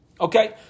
Okay